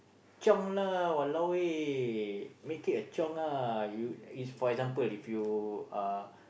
chiong lah !walao! eh make it a chiong lah is for example if you uh